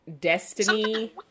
Destiny